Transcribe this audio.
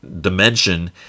dimension